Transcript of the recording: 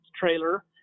trailer